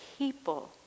people